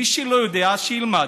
מי שלא יודע, אז שילמד.